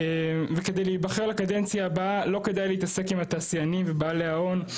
וכדי להיבחר לקדנציה הבאה לא כדאי להתעסק עם התעשיינים ובעלי ההון,